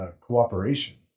cooperation